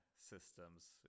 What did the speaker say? systems